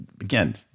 again